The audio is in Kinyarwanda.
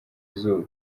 izuba